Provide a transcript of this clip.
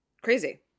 Crazy